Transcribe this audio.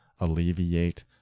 alleviate